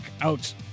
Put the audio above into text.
out